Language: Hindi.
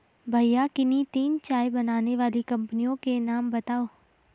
भैया किन्ही तीन चाय बनाने वाली कंपनियों के नाम बताओ?